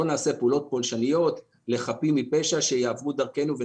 לא נעשה פעולות פולשניות לחפים מפשע שיעברו דרכנו.